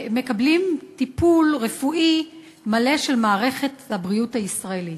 מקבלים טיפול רפואי מלא של מערכת הבריאות הישראלית.